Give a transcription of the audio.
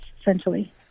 essentially